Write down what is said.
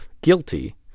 guilty